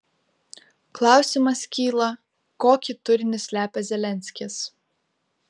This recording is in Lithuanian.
klausimas kyla kokį turinį slepia zelenskis